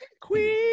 queen